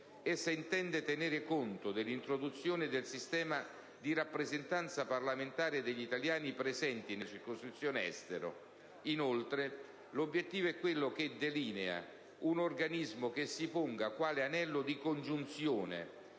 Essa intende tenere conto dell'introduzione del sistema di rappresentanza parlamentare degli italiani residenti nella circoscrizione Estero; inoltre, l'obiettivo è anche quello di delineare un organismo che si ponga quale anello di congiunzione